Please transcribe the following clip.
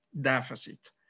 deficit